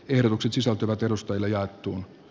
ehdotukset sisältyvät edustoille jaettuna